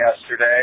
yesterday